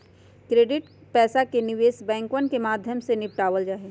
credit पैसा के निवेश बैंकवन के माध्यम से निपटावल जाहई